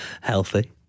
Healthy